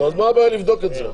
אז מה הבעיה לבדוק את זה?